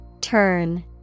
Turn